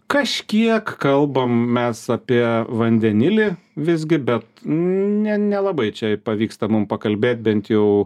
kažkiek kalbam mes apie vandenilį visgi bet ne nelabai čia pavyksta mum pakalbėt bent jau